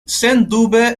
sendube